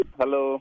Hello